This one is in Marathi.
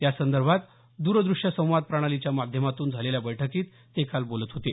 यासंदर्भात द्रद्रश्य संवाद प्रणालीच्या माध्यमातून झालेल्या बैठकीत ते काल बोलत होते